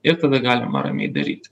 ir tada galima ramiai daryti